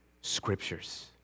scriptures